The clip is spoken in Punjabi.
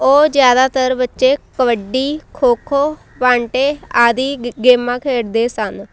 ਉਹ ਜ਼ਿਆਦਾਤਰ ਬੱਚੇ ਕਬੱਡੀ ਖੋ ਖੋ ਬਾਂਟੇ ਆਦਿ ਗ ਗੇਮਾਂ ਖੇਡਦੇ ਸਨ